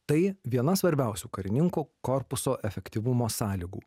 tai viena svarbiausių karininko korpuso efektyvumo sąlygų